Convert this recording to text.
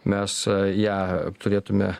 mes ją turėtume